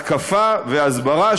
התקפה והסברה,